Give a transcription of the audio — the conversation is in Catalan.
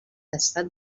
estat